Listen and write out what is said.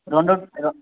రెండు రెం